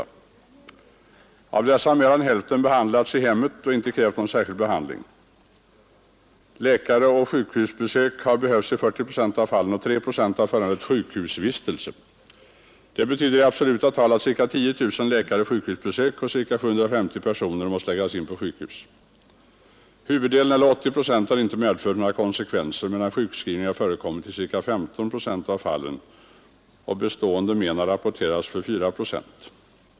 Av dessa skadefall har mer än hälften vårdats i hemmet och ej krävt någon särskild behandling. Läkaroch sjukhusbesök har behövts i 40 procent av fallen, och 3 procent har föranlett sjukhusvistelse. Det betyder i absoluta tal ca 10 000 läkareller sjukhusbesök, och ca 750 personer har måst läggas in på sjukhus. Huvuddelen, eller 80 procent av fallen, har inte medfört några konsekvenser, medan sjukskrivning förekommit i ca 15 procent av fallen. Bestående men har rapporterats för 4 procent.